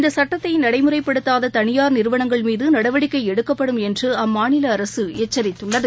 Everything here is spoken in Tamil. இந்த சுட்டத்தை நடைமுறைப்படுத்தாத தனியார் நிறுவனங்கள் மீது நடவடிக்கை எடுக்கப்படும் என்று அம்மாநில அரசு எச்சரித்துள்ளது